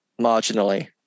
marginally